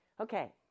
okay